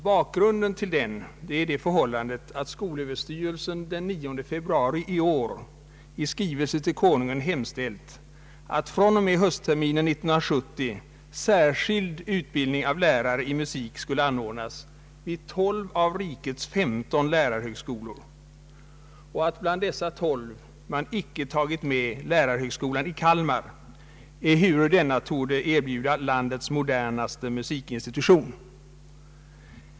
Bakgrunden till den är det förhållandet att skolöverstyrelsen den 9 februari i år i skrivelse till Konungen har hemställt att från och med höstterminen 1970 särskild utbildning av lärare i musik skall anordnas vid 12 av rikets 15 lärarhögskolor och att bland dessa 12 man inte har tagit med lärarhögskolan i Kalmar, ehuru denna torde erbjuda landets modernaste musikinstitution.